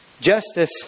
Justice